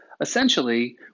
essentially